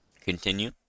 Continue